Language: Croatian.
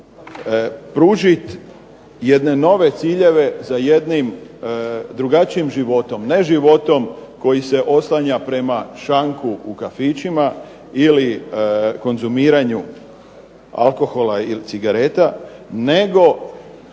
pružiti jedne nove ciljeve za jednim drugačijim životom, ne životom koji se oslanja prema šanku u kafićima ili konzumiranju alkohola ili cigareta, nego